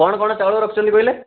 କ'ଣ କ'ଣ ଚାଉଳ ରଖିଛନ୍ତି କହିଲେ